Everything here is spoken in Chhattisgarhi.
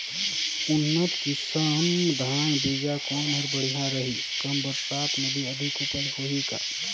उन्नत किसम धान बीजा कौन हर बढ़िया रही? कम बरसात मे भी अधिक उपज होही का?